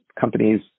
companies